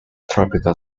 tropical